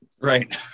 Right